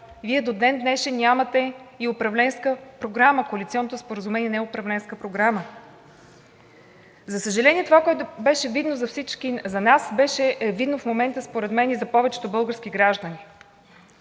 Вие до ден днешен нямате и управленска програма, коалиционното споразумение не е управленска програма. За съжаление, това, което беше видно за всички нас, е видно в момента според мен и за повечето български граждани.